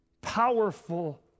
powerful